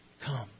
come